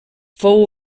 fou